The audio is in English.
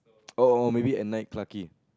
oh oh oh maybe at night Clarke-Quay